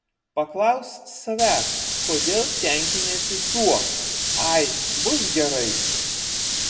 paklausk savęs kodėl tenkiniesi tuo ai bus gerai